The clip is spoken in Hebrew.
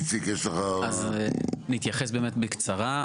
אני אתייחס בקצרה.